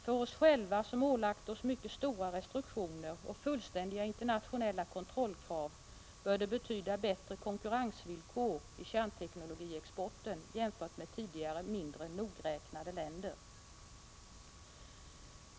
För oss själva som ålagt oss mycket stora restriktioner och fullständiga internationella kontrollkrav, bör det betyda bättre konkurrensvillkor i kärnteknologiexporten jämfört med tidigare mindre nogräknade länder.